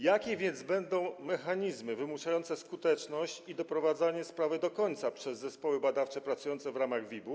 Jakie więc będą mechanizmy wymuszające skuteczność i doprowadzenie sprawy do końca przez zespoły badawcze pracujące w ramach WIB-u?